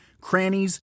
crannies